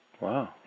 Wow